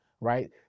right